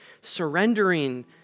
surrendering